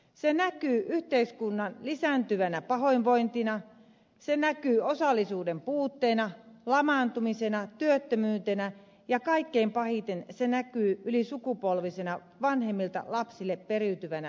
se näkyy yhteiskunnan lisääntyvänä pahoinvointina se näkyy osallisuuden puutteena lamaantumisena työttömyytenä ja kaikkein pahiten se näkyy ylisukupolvisena vanhemmilta lapsille periytyvänä näköalattomuutena